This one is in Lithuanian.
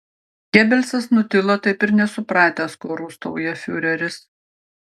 gebelsas nutilo taip ir nesupratęs ko rūstauja fiureris